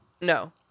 No